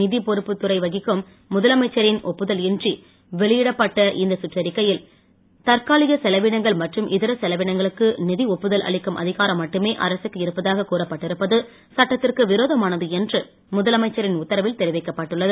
நிதித்துறைப் பொறுப்பை கவனிக்கும் முதலமைச்சரின் ஒப்புதல் இன்றி வெளியிடப்பட்ட இந்த சுற்றறிக்கையில் தற்காலிக செலவினங்கள் மற்றும் இதர செலவினங்களுக்கு நிதி ஒப்புதல் அவிக்கும் அதிகாரம் மட்டுமே அரசுக்கு இருப்பதாக கூறப்பட்டிருப்பது சட்டத்திற்கு விரோதமானது என்று முதலமைச்சரின் உத்தரவில் தெரிவிக்கப் பட்டுள்ளது